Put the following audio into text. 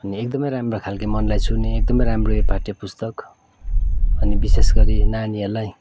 अनि एकदमै राम्रो खालके मनलाई छुने एकदमै राम्रो यो पाठ्य पुस्तक अनि विशेष गरी नानीहरूलाई